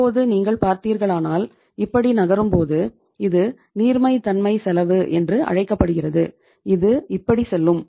இப்போது நீங்கள் பார்த்தீர்களானால் இப்படி நகரும்போது இது நீர்மைத்தன்மை செலவு என்று அழைக்கப்படுகிறது இது இப்படி செல்லும்